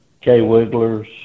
K-Wigglers